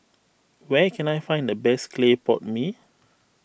where can I find the best Clay Pot Mee